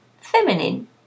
feminine